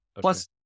Plus